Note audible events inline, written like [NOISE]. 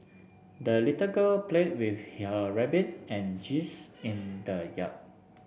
the little girl played with [UNINTELLIGIBLE] rabbit and geese in the yard